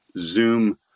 Zoom